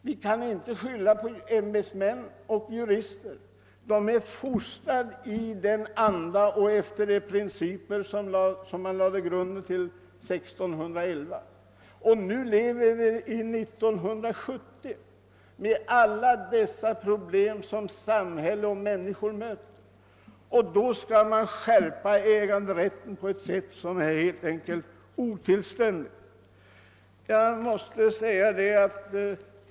Vi kan inte skylla på ämbetsmännen och juristerna som är fostrade i den anda och efter de principer som man lade grunden till 1611. Nu har vi 1970 med alla de problem som samhälle och människor möter. Men då ämnar man skärpa äganderätten på ett sätt som helt enkelt är otillständigt.